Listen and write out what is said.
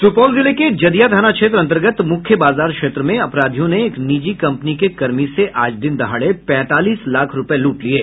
सुपौल जिले के जदिया थाना क्षेत्र अंतर्गत मुख्य बाजार क्षेत्र में अपराधियों ने एक निजी कंपनी के कर्मी से आज दिन दहाड़े पैंतालीस लाख रूपये लूट लिये